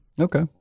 Okay